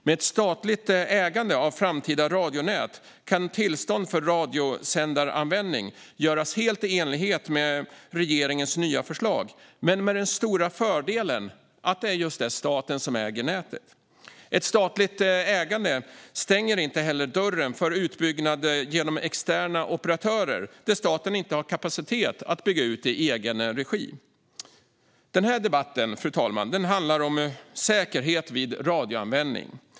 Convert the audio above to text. Med ett statligt ägande av framtida radionät kan tillstånd för radiosändaranvändning avgöras helt i enlighet med regeringens nya förslag, men med den stora fördelen att det är just staten som äger nätet. Ett statligt ägande stänger inte heller dörren för utbyggnad genom externa operatörer där staten inte har kapacitet att bygga ut i egen regi. Den här debatten, fru talman, handlar om säkerhet vid radioanvändning.